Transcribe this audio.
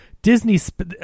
Disney